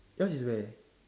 your's is where